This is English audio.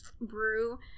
brew